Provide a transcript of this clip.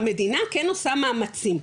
המדינה כן עושה מאמצים,